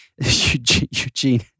Eugene